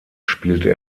spielte